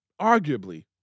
arguably